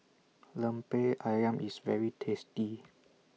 Lemper Ayam IS very tasty